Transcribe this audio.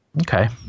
Okay